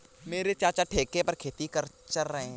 मेरे चाचा ठेके पर खेती कर रहे हैं